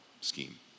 scheme